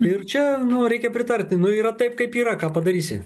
ir čia nu reikia pritarti nu yra taip kaip yra ką padarysi